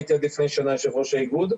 הייתי עד לפני שנה יושב-ראש האיגוד.